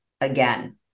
again